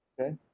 Okay